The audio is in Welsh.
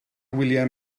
wyliau